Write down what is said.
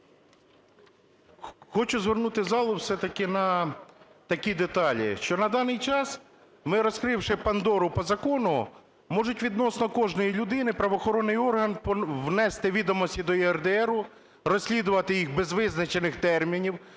Хочу звернути залу все-таки на такі деталі, що на даний час ми, розкривши "Пандору" по закону, можуть відносно кожної людини правоохоронний орган внести відомості до ЄРДРу, розслідувати їх без визначених термінів,